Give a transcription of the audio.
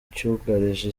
cyugarije